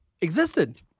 existed